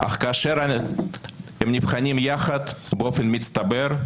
אך כאשר הם נבחנים יחד באופן מצטבר,